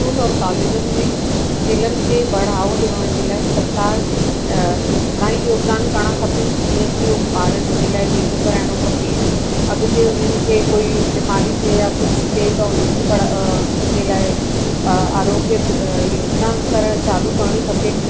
school और क़ॉलेजनि में खेलनि खे बढ़ावो ॾियण जे लाइ सरकार इलाही योगदानु करणु खपेन जीअं की हू ॿारनि जे लाइ वीमो कराइणो खपे अॻिते उन्हनि खे कोई बीमारी थिए या कुझु थिए त उन्हनि जी पढ़ जे लाइ आरोग्य योजनाऊं करण चालू करिणी खपेनि